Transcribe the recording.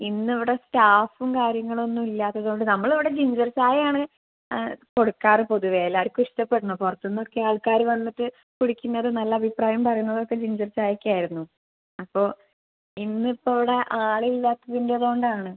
ഇന്നിവിടെ സ്റ്റാഫും കാര്യങ്ങളൊന്നും ഇല്ലാത്തത് കൊണ്ട് നമ്മളിവിടെ ജിഞ്ചർച്ചായയാണ് കൊടുക്കാറ് പൊതുവെ എല്ലാവർക്കും ഇഷ്ടപ്പെടണം പുറത്തുന്നൊക്കെ ആൾക്കാർ വന്നിട്ട് കുടിക്കുന്നതും നല്ലഭിപ്രായം പറയുന്നതൊക്കെ ജിഞ്ചർച്ചായക്കായിരുന്നു അപ്പോൾ ഇന്നിപ്പോൾ ഇവിടെ ആളില്ലാത്തതിൻറ്റേതോണ്ടാണ്